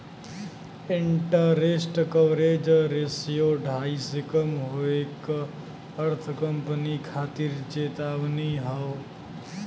interest coverage ratio ढाई से कम होये क अर्थ कंपनी खातिर चेतावनी हौ